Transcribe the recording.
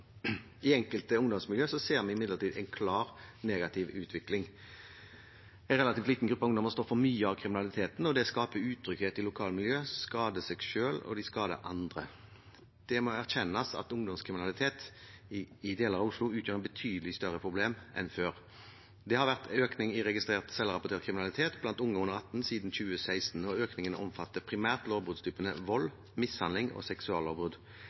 I enkelte ungdomsmiljøer ser vi imidlertid en klar negativ utvikling. En relativt liten gruppe ungdommer står for mye av kriminaliteten, og de skaper utrygghet i lokalmiljøet, skader seg selv, og de skader andre. Det må erkjennes at ungdomskriminalitet i deler av Oslo utgjør et betydelig større problem enn før. Det har vært en økning i registrert selvrapportert kriminalitet blant unge under 18 år siden 2016, og økningen omfatter primært lovbruddstypene vold, mishandling og seksuallovbrudd.